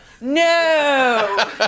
No